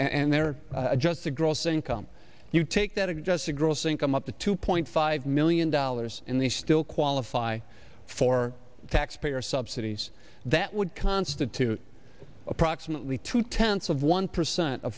nd their adjusted gross income you take that adjusted gross income up to two point five million dollars in they still qualify for taxpayer subsidies that would constitute approximately two tenths of one percent